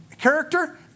character